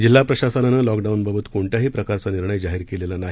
जिल्हा प्रशासनानं लॉकडाउन बाबत कोणत्याही प्रकारचा निर्णय जाहीर केलेला नाही